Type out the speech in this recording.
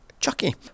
Chucky